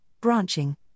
branching